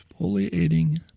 Exfoliating